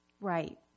Right